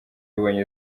yabonye